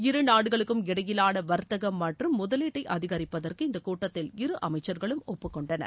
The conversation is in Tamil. இரு நாடுகளுக்கும் இடையிலான வர்த்தகம் மற்றும் முதலீட்டை அதிகரிப்பதற்கு இந்தக் கூட்டத்தில் இரு அமைச்சர்களும் ஒப்புக்கொண்டனர்